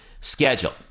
schedule